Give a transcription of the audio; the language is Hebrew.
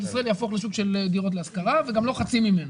ישראל יהפוך לשוק של דירות להשכרה וגם לא חצי ממנו,